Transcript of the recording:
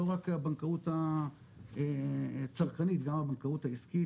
לא רק הבנקאות הצרכנית גם הבנקאות העיסקית,